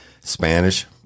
Spanish